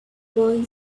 boy